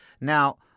Now